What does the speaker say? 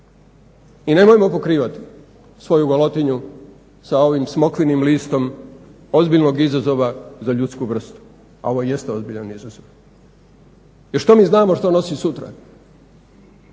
I nemojmo pokrivati svoju golotinju sa ovim smokvinim listom ozbiljnog izazova za ljudsku vrstu, a ovo jeste ozbiljan izazov. Jer što mi znamo što nosi sutra?